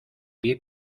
pie